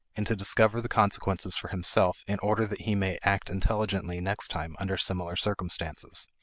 and to discover the consequences for himself in order that he may act intelligently next time under similar circumstances.